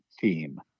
theme